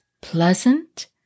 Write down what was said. pleasant